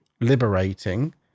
liberating